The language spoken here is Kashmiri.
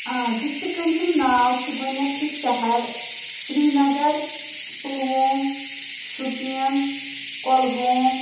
آ ڈِسٹِکَن ہُنٛد ناو چھُ گۄڈٕنٮ۪تھٕے شَہَر سرینَگَر پُلووم شُپیَن کۄلگوم